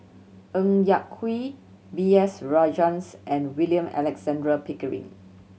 Ng Yak Whee B S Rajhans and William Alexander Pickering